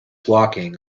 walking